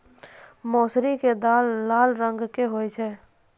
मौसरी के दाल लाल रंग के होय छै